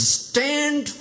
stand